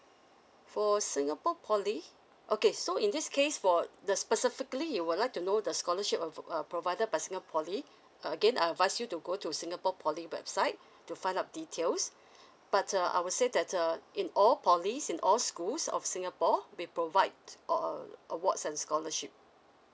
for singapore poly okay so in this case for the specifically you would like to know the scholarship of err provided by singapore poly again I advise you to go to singapore poly website to find out details but err I would say that err in all poly in all schools of singapore they provide err awards and scholarship